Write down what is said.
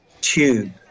tube